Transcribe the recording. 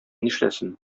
нишләсен